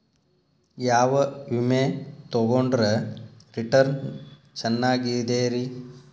ಯಾವ ವಿಮೆ ತೊಗೊಂಡ್ರ ರಿಟರ್ನ್ ಚೆನ್ನಾಗಿದೆರಿ?